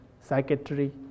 psychiatry